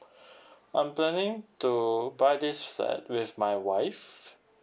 I'm planning to buy this flat with my wife